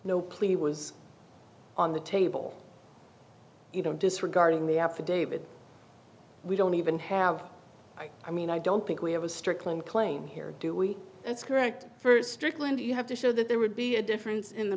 no plea was on the table you know disregarding the affidavit we don't even have i mean i don't think we have a strickland claim here do we that's correct first strickland you have to show that there would be a difference in the